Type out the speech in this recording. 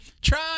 try